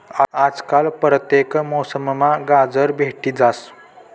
आजकाल परतेक मौसममा गाजर भेटी जास